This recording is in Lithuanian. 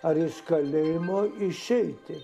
ar iš kalėjimo išeiti